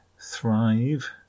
thrive